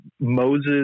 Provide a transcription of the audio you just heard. Moses